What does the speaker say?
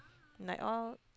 like all